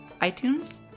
iTunes